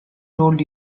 told